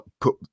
put